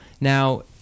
Now